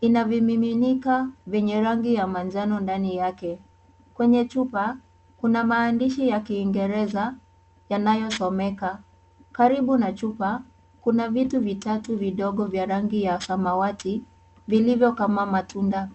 ina vimininika venye rangi ya manjano ndani yake. Kwenye chupa, kuna maandishi ya Kiingereza yanayosomeka" karibu na chupa, kuna vitu vitatu vidogo vya rangi ya samawati vilivyo kama matunda".